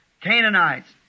Canaanites